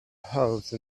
house